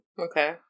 Okay